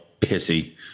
pissy